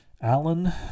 Alan